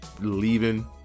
leaving